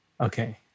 okay